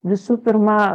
visų pirma